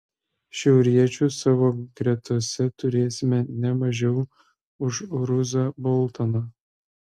šiauriečių savo gretose turėsime ne mažiau už ruzą boltoną